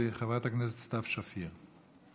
חברת הכנסת סתיו שפיר.